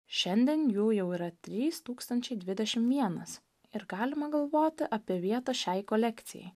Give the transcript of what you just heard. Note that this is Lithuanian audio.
šiandien jų jau yra trys tūkstančiai dvidešim vienas ir galima galvoti apie vietą šiai kolekcijai